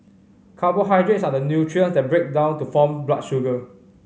carbohydrates are the nutrients that break down to form blood sugar